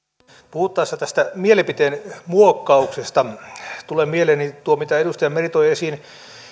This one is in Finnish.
puhuttaessa tästä mielipiteenmuokkauksesta tulee mieleeni tuo mitä edustaja meri toi esiin